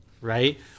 right